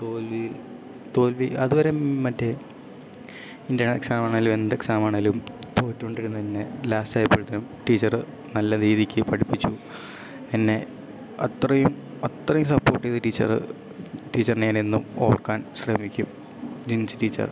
തോൽവി തോൽവി അതുവരെ മറ്റേ ഇൻ്റർണൽ എക്സാമാണെങ്കിലും എന്ത് എക്സാമാണെങ്കിലും തോറ്റു കൊണ്ടിരുന്ന എന്നെ ലാസ്റ്റ് ആയപ്പോഴത്തേനും ടീച്ചർ നല്ല രീതിക്ക് പഠിപ്പിച്ചു എന്നെ അത്രയും അത്രയും സപ്പോർട്ട് ചെയ്ത ടീച്ചർ ടീച്ചറിനെ ഞാനെന്നും ഓർക്കാൻ ശ്രമിക്കും ജിൻസി ടീച്ചർ